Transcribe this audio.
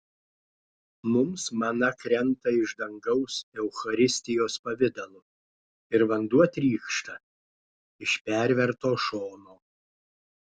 mums mana krenta iš dangaus eucharistijos pavidalu ir vanduo trykšta iš perverto šono